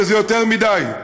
וזה יותר מדי.